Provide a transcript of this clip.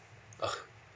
oh